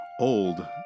old